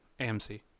AMC